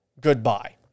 Goodbye